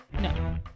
No